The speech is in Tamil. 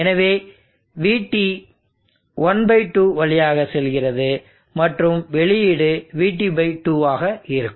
எனவே VT 12 வழியாக செல்கிறது மற்றும் வெளியீடு VT 2 ஆக இருக்கும்